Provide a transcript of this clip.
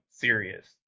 serious